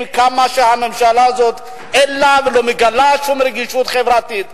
כמה הממשלה הזאת אין לה והיא גם לא מגלה שום רגישות חברתית.